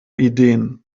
ideen